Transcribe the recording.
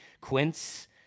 Quince